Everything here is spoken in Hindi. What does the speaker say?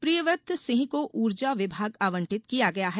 प्रियव्रत सिंह को ऊर्जा विभाग आवंटित किया गया है